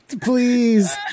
please